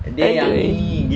adui